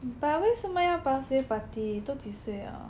but 为什么要 birthday party 都几岁了